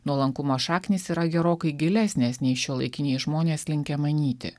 nuolankumo šaknys yra gerokai gilesnės nei šiuolaikiniai žmonės linkę manyti